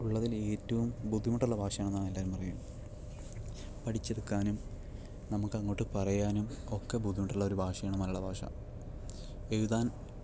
ഉള്ളതിൽ ഏറ്റവും ബുദ്ധിമുട്ടുള്ള ഭാഷയാണെന്നാണ് എല്ലവരും പറയുക പഠിച്ചെടുക്കാനും നമുക്കങ്ങോട്ട് പറയാനും ഒക്കെ ബുദ്ധിമുട്ടുള്ളൊരു ഭാഷയാണ് മലയാള ഭാഷ എഴുതാൻ